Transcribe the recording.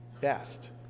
best